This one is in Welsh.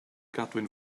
gadwyn